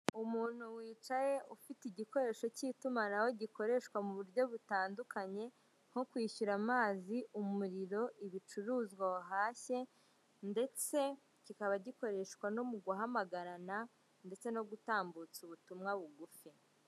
Umuntu wicaye, ufite igikoresho cy'itumanaho gikoreshwa mu buryo bitandukanye, nko kwishyura amazi, umuriro, ibicuruzwa wahashye, ndetse kikaba gikoreshwa no mu guhamagarana, ndetse no gutambutsa ubutumwa bugufi.